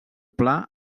pla